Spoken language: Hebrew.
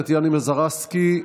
טטיאנה מזרסקי,